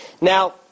now